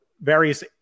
various